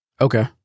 Okay